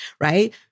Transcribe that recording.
right